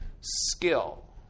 Skill